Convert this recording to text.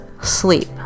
sleep